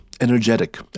energetic